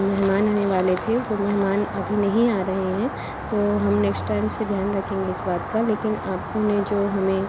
मेहमान आने वाले थे वो मेहमान अभी नहीं आ रहे हैं तो हम नेक्स्ट टाइम से ध्यान रखेंगे इस बात का लेकिन आपने जो हमें